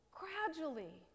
gradually